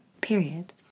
period